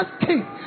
king